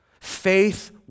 faith